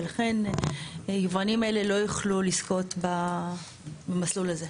ולכן היבואנים האלה לא יוכלו לזכות במסלול הזה.